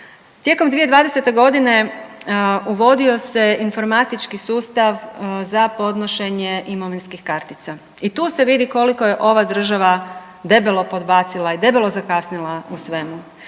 Tijekom 2020. godine uvodio se informatički sustav za podnošenje imovinskih kartica. I tu se vidi koliko je ova država debelo podbacila i debelo zakasnila u svemu